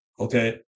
okay